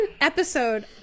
episode